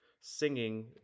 singing